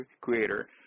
creator